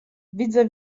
widzę